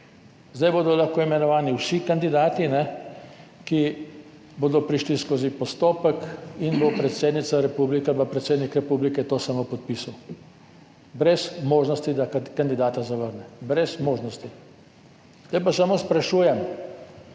Zdaj bodo lahko imenovani vsi kandidati, ki bodo prišli skozi postopek, in bo predsednica republike ali pa predsednik republike to samo podpisal, brez možnosti, da kandidata zavrne. Brez možnosti. Zdaj pa samo sprašujem